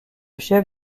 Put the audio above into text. chef